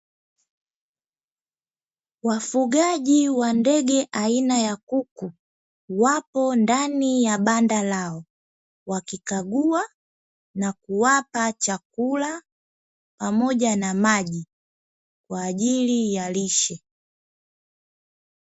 Wafugaji wa ndege aina ya kuku wapo ndani ya banda lao, wakikagua na kuwapa chakula pamoja na maji kwa ajili ya lishe.